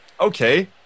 Okay